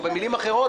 או במילים אחרות,